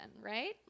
right